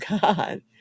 God